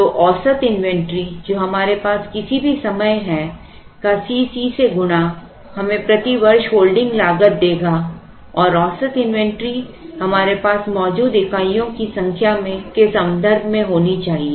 तो औसत इन्वेंट्री जो हमारे पास किसी भी समय है का C C से गुणा हमें प्रति वर्ष होल्डिंग लागत देगा और औसत इन्वेंट्री हमारे पास मौजूद इकाइयों की संख्या के संदर्भ में होनी चाहिए